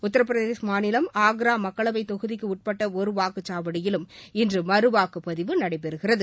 உத்திரபிரதேச மாநிலம் ஆன்ரா மக்களவை தொகுதிக்கு உட்பட் ஒரு வாக்குச் சாவடியிலும் இன்று மறு வாக்குப் பதிவு நடைபெறுகிறது